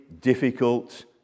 difficult